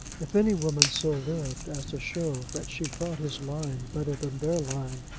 if any woman so lived as to show that she thought his line better than their line,